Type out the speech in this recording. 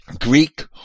Greek